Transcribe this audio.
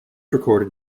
recorded